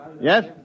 Yes